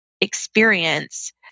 experience